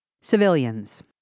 Civilians